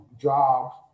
jobs